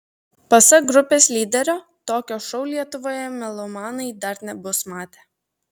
pasak grupės lyderio tokio šou lietuvoje melomanai dar nebus matę